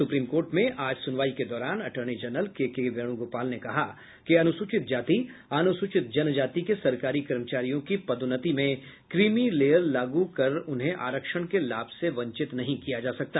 supreme court में आज सुनवाई के दौरान अटॉर्नी जनरल केके वेणुगोपाल ने कहा कि अनुसूचित जाति अनुसूचित जनजाति के सरकारी कर्मचारियों के पदोन्नति में क्रीमी लेयर लागू कर उन्हें आरक्षण के लाभ से वंचित नहीं किया जा सकता